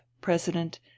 president